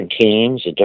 teams